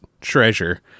treasure